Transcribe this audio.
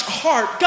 heart